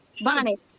Bonnet